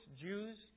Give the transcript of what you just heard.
Jews